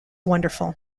wonderful